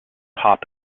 pop